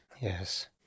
Yes